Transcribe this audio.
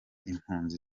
impunzi